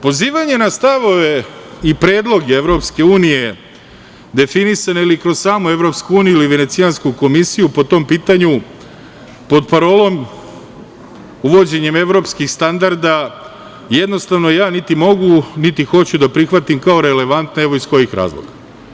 Pozivanje na stavove i predloge EU definisane ili kroz samu EU ili Venecijansku komisiju po tom pitanju pod parolom „uvođenjem evropskih standarda“, jednostavno ja, niti mogu, niti hoću da prihvatim kao relevantnu evo iz kojih razloga.